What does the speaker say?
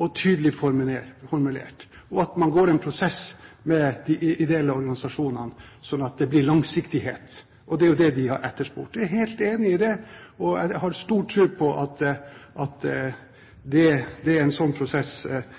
og tydelig formulert – og at man går i en prosess med de ideelle organisasjonene, slik at det blir langsiktighet. Og det er jo det de har etterspurt. Jeg er helt enig i det, og jeg har stor tro på at det en slik prosess kan medvirke til, er at man får på plass en